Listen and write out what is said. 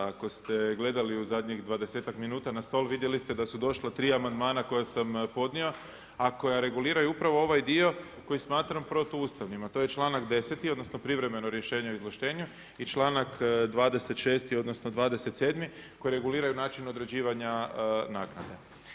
Ako ste gledali u zadnjih 20-ak minuta na stol, vidjeli ste da su došla 3 amandmana koja sam podnio a koja reguliraju upravo ovaj dio koji smatram protuustavnim a to je članak 10.-ti odnosno privremeno rješenje o izvlaštenju i članak 26. odnosno 27. koji reguliraju način određivanja naknade.